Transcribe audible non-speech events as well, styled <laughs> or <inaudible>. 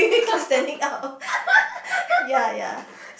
<laughs> keep standing up <laughs> ya ya